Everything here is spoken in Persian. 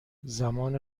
زمان